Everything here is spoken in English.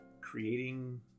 creating